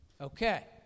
Okay